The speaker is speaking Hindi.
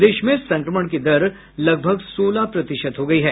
प्रदेश में संक्रमण की दर लगभग सोलह प्रतिशत हो गयी है